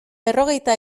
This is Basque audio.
berrogeita